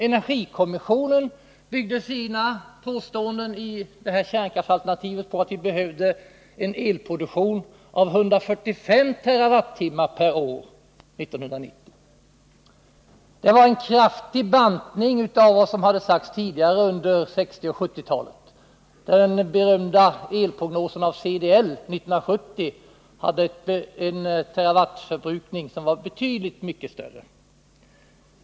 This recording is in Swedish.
Energikommissionen byggde sina påståenden i kärnkraftsalternativet på att vi behöver en elproduktion av 145 TWh år 1990. Det var en kraftig bantning av vad som hade sagts tidigare, under 1960 och 1970-talen. CDL:s berömda elprognos från år 1970 hade angivit ett betydligt högre tal.